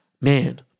Man